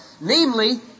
Namely